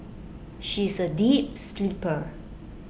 she is A deep sleeper